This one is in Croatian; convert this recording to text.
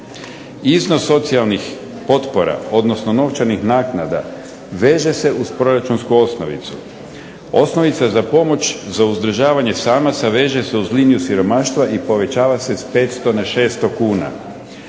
Iznos socijalnih potpora, odnosno novčanih naknada veže se uz proračunsku osnovicu. Osnovica za pomoć za uzdržavanje samaca veže se uz liniju siromaštva i povećava se sa 500 na 600 kn.